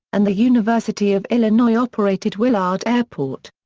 and the university of illinois operated willard airport.